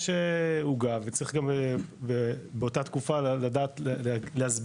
יש עוגה וצריך גם באותה תקופה לדעת להסביר,